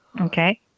Okay